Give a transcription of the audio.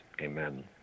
Amen